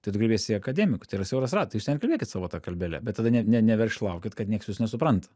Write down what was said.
tai tu kreipiesi į akademik tai yra siauras ratas tai jūs ten kalbėkit savo ta kalbele bet tada ne ne neverkšlaukit kad nieks jūsų nesupranta